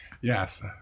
Yes